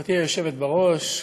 חברתי היושבת בראש,